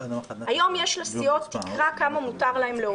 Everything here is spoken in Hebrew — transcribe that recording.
היום יש לסיעות תקרה, כמה מותר להן להוציא.